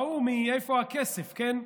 ההוא מ"איפה הכסף", כן?